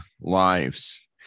lives